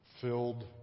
Filled